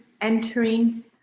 entering